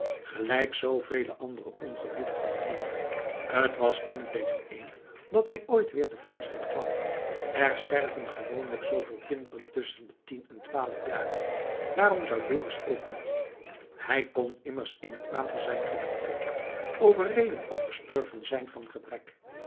gelijk zooveel andere ongelukkigen vr hem t was tien tegen een dat hij ooit weer te voorschijn kwam er sterven gewoonlijk zooveel kinderen tusschen de tien en twaalf jaren waarom zou dorus ook niet hij kon immers in t water zijn geloopen overreden of gestorven zijn van gebrek